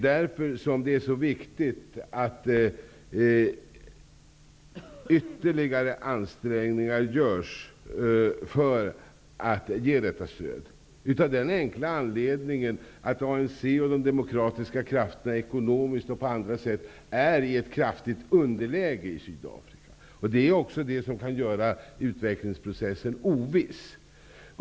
Därför är det så viktigt att ytterligare ansträngningar görs för att ge detta stöd. ANC och de demokratiska organisationerna har ekonomiskt och på andra sätt ett stort underläge i Sydafrika. Det kan medföra att utvecklingsprocessen blir oviss.